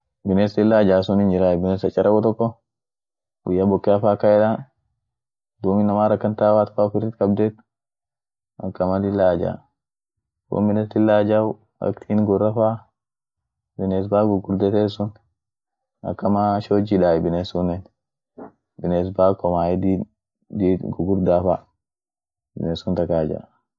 biness lila ajaa sun hinjiray, bines chachareko toko, guya bokeafa akan yeda, duum inamaar akan taa woat fa ufir kabdeet, akama lila ajaa, wominit lila ajay aktinigurra faa biness baa gugurdetee sun, akamaa shoji daay binesunen, biness baa komaey baa dii-diid gugurdaa fa, biness sunt akan ajaay.